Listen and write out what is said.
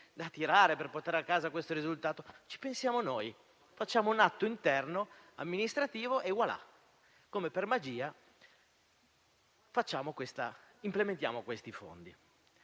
da tirare per portare a casa questo risultato. Ci pensiamo noi. Facciamo un atto interno amministrativo e, come per magia, implementiamo questi fondi.